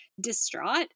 distraught